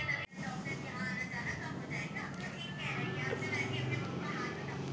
आधुनिक कृषि में संकर बीज उत्पादन प्रमुख है